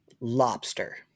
lobster